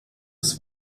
ist